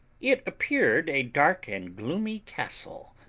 it appeared a dark and gloomy castle,